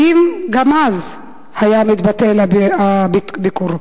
האם גם אז היה מתבטל הביקור?